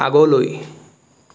আগলৈ